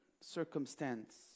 circumstance